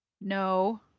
no